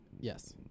Yes